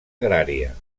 agrària